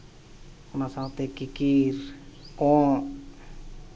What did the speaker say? ᱚᱱᱟ ᱥᱟᱶᱛᱮ ᱠᱤᱠᱤᱨ ᱠᱚᱸᱜ